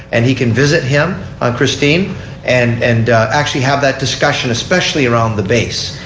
and he can visit him on christine and and actually have that discussion. especially around the base.